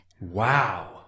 Wow